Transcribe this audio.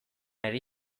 ari